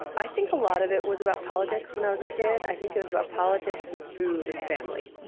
i think a lot of it was about politics when i was a kid. i think it was about politics and food and family,